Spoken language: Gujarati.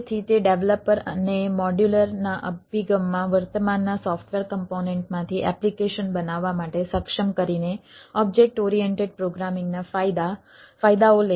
તેથી તે ડેવલપર ના અભિગમમાં વર્તમાનના સોફ્ટવેર કમ્પોનેન્ટમાંથી એપ્લિકેશન બનાવવા માટે સક્ષમ કરીને ઓબ્જેક્ટ ઓરિએન્ટેડ પ્રોગ્રામિંગના ફાયદા ફાયદાઓ લે છે